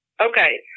Okay